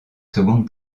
secondes